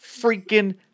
freaking